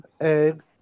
egg